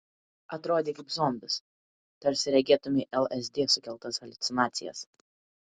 atrodei kaip zombis tarsi regėtumei lsd sukeltas haliucinacijas